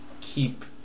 keep